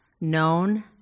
known